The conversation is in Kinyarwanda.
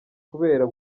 kubera